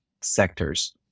sectors